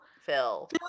Phil